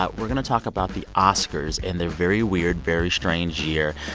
ah we're going to talk about the oscars and their very weird, very strange year.